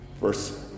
Verse